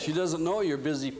she doesn't know you're busy